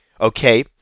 Okay